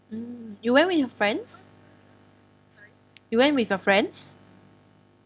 mm you went with your friends you went with your friends